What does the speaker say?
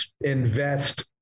invest